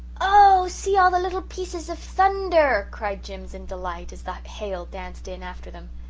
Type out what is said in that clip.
oh, see all the little pieces of thunder, cried jims in delight, as the hail danced in after them.